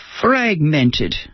fragmented